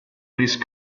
least